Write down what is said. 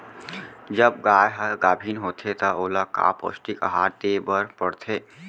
जब गाय ह गाभिन होथे त ओला का पौष्टिक आहार दे बर पढ़थे?